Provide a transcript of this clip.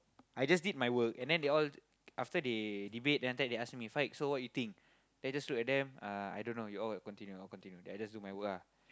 I just did my work and then they all after they debate then after that they ask me Faiq so what you think then just look at them uh I don't know you all continue continue then I just do my work ah